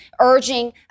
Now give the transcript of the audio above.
urging